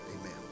amen